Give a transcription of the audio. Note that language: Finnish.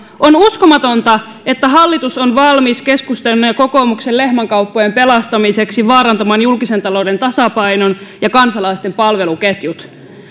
on uskomatonta että hallitus on valmis keskustan ja kokoomuksen lehmänkauppojen pelastamiseksi vaarantamaan julkisen talouden tasapainon ja kansalaisten palveluketjut